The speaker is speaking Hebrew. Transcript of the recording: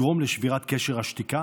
בניסיון לגרום לשבירת קשר השתיקה